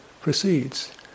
proceeds